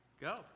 Go